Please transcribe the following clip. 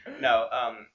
No